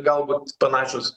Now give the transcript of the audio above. galbūt panašios